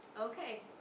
Okay